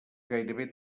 gairebé